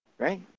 Right